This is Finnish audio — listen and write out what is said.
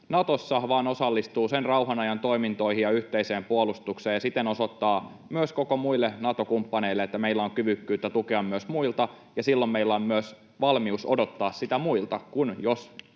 Natossa vaan osallistuu sen rauhanajan toimintoihin ja yhteiseen puolustukseen ja siten osoittaa myös kaikille muille Nato-kumppaneille, että meillä on kyvykkyyttä tukea myös muita, ja silloin meillä on myös valmius odottaa sitä muilta, kun/jos